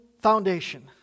foundation